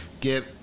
get